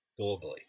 globally